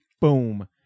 Boom